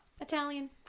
Italian